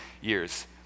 years